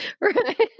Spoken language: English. right